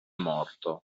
morto